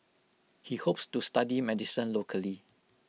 he hopes to study medicine locally